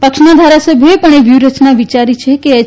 પક્ષના ધારાસભ્યોએ પણ એ વ્યુહરયના વિયારી છે કે એચ